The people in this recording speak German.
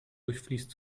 durchfließt